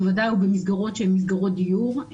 בוודאי במסגרות שהן מסגרות דיור.